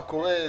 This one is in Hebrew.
מה קורה,